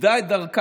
איבדה את דרכה,